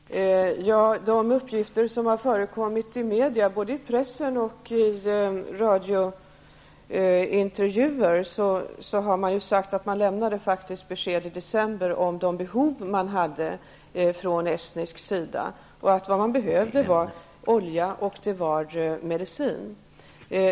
Herr talman! I de uppgifter som har förekommit i media, både i press och i radiointervjuer, har det sagts att man lämnade besked från estnisk sida i december om de behov man hade. Vad man behövde var olja och medicin.